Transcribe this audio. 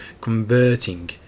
converting